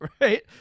right